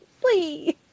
please